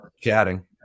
chatting